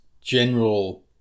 general